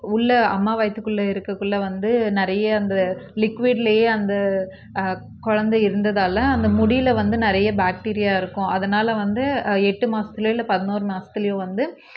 உள்ள அம்மா வயிற்றுக்குள்ள இருக்கக்குள்ளே வந்து நிறைய அந்த லிக்குவிட்லேயே அந்த குழந்தை இருந்ததால் அந்த முடியில் வந்து நிறைய பாக்டீரியா இருக்கும் அதனால் வந்து எட்டு மாதத்துல இல்லை பதினொறு மாதத்துலயோ வந்து